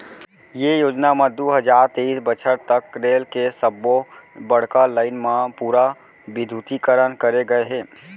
ये योजना म दू हजार तेइस बछर तक रेल के सब्बो बड़का लाईन म पूरा बिद्युतीकरन करे गय हे